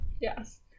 Yes